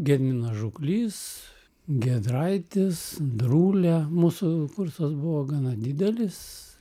gediminas žuklys giedraitis drūlia mūsų kursas buvo gana didelis